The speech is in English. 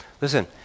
Listen